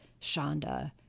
Shonda